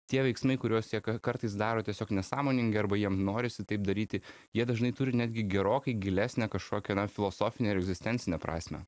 tie veiksmai kuriuos jie kartais daro tiesiog nesąmoningai arba jiem norisi taip daryti jie dažnai turi netgi gerokai gilesnę kažkokią na filosofinę ir egzistencinę prasmę